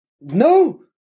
No